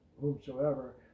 whomsoever